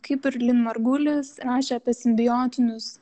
kaip ir lin margulis rašė apie simbiotinius